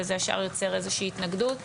וזה ישר יוצר איזו שהיא התנגדות.